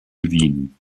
wien